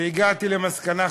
והגעתי למסקנה,